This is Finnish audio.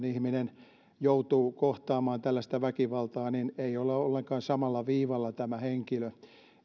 ihminen joutuu kohtaamaan tällaista väkivaltaa ei ole ollenkaan samalla viivalla tämä henkilö